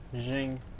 Zing